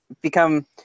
become